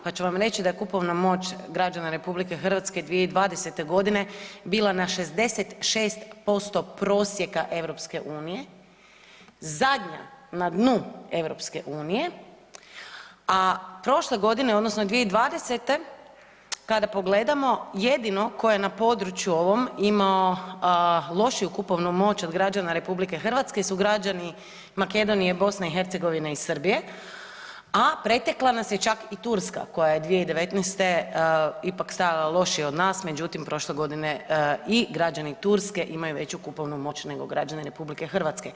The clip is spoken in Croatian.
Pa ću vam reći da je kupovna moć građana RH 2020.g. bila na 66% prosjeka EU, zadnja na dnu EU, a prošle godine odnosno 2020. kada pogledamo jedino ko je području ovom imao lošiju kupovnu moć od građana RH su građani Makedonije, BiH i Srbije, a pretekla nas je čak i Turska koja je 2019.ipak stajala lošije od nas, međutim prošle godine i građani Turske imaju veću kupovnu moć nego građani RH.